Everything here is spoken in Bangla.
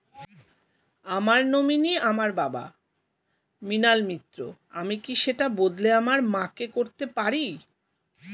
আমার নমিনি আমার বাবা, মৃণাল মিত্র, আমি কি সেটা বদলে আমার মা কে করতে পারি?